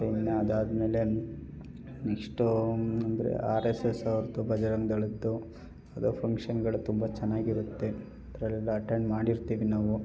ಮತ್ತು ಇನ್ನೂ ಅದಾದ್ಮೇಲೆ ನೆಕ್ಸ್ಟು ಅಂದರೆ ಆರ್ ಎಸ್ ಎಸ್ ಅವ್ರದ್ದು ಭಜರಂಗ ದಳದ್ದು ಅದು ಫಂಕ್ಷನ್ಗಳು ತುಂಬ ಚೆನ್ನಾಗಿರುತ್ತೆ ಅದರಲ್ಲೆಲ್ಲ ಅಟೆಂಡ್ ಮಾಡಿರ್ತೀವಿ ನಾವು